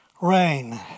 rain